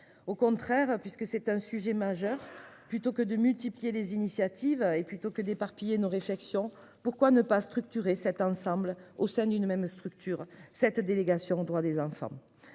au contraire puisque c'est un sujet majeur. Plutôt que de multiplier les initiatives et plutôt que d'éparpiller nos réflexions. Pourquoi ne pas structurer cet ensemble au sein d'une même structure cette délégation droits des enfants.